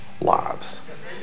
lives